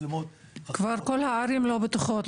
כבר כל היישובים הערביים לא בטוחים,